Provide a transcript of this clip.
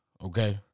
okay